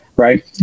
Right